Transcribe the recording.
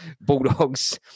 Bulldogs